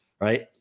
Right